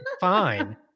fine